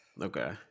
Okay